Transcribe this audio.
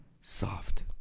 soft